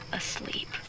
asleep